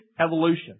evolution